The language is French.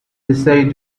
essaient